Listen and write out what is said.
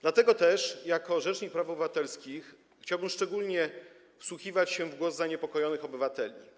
Dlatego też jako rzecznik praw obywatelskich chciałbym szczególnie wsłuchiwać się w głos zaniepokojonych obywateli.